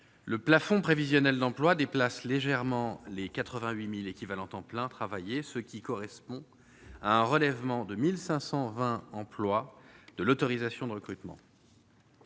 le plafond prévisionnelle de l'emploi déplace légèrement les 88000 équivalents temps plein travaillés, ce qui correspond à un relèvement de 1520 employes de l'autorisation de recrutement.